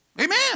Amen